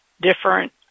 different